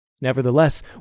Nevertheless